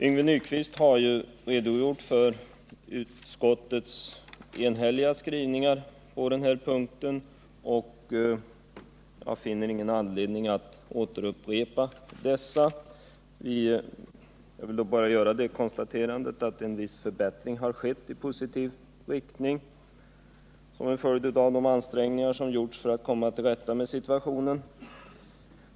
Yngve Nyquist har redogjort för utskottets enhälliga skrivning på den här punkten, och jag finner ingen anledning att upprepa det han sagt. Jag vill bara göra det konstaterandet att en viss förbättring skett som följd av de ansträngningar som gjorts för att komma till rätta med situationen.